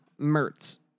Mertz